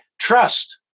trust